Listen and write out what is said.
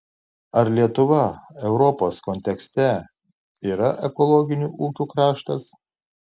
ar lietuva europos kontekste yra ekologinių ūkių kraštas